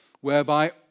whereby